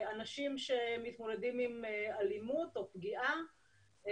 אנשים שמתמודדים עם אלימות או פגיעה.